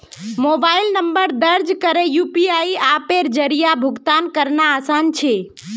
mobile number दर्ज करे UPI अप्पेर जरिया भुगतान करना आसान छे